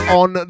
on